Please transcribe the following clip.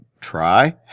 try